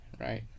right